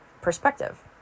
perspective